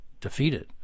defeated